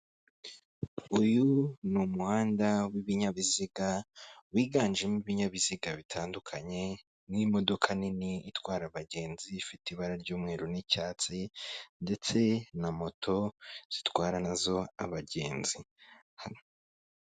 Uyu ni umuhanda w'ibinyabiziga, wiganjemo ibinyabiziga bitandukanye n'imodoka nini itwara abagenzi ifite ibara ry'umweru n'icyatsi ndetse na moto zitwara na zo abagenzi hano.